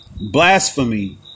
blasphemy